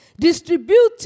Distributing